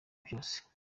byose